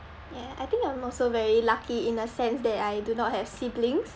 yeah I think I'm also very lucky in a sense that I do not have siblings